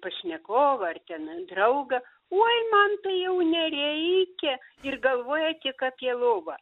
pašnekovą ar ten draugą uoj man tai jau nereikia ir galvoja tik apie lovą